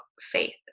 faith